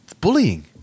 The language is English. Bullying